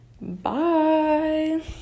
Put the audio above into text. bye